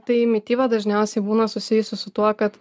tai mityba dažniausiai būna susijusi su tuo kad